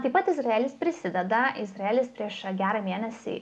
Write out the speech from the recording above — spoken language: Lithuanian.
taip pat izraelis prisideda izraelis prieš gerą mėnesį